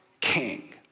king